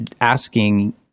asking